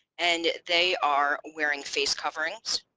and they are wearing face coverings,